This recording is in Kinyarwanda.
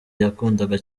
yakundaga